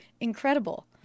incredible